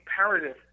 imperative